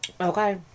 Okay